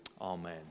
Amen